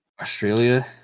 Australia